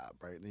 right